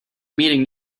meeting